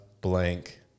blank